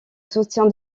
soutien